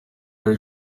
are